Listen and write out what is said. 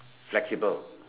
flexible